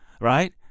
right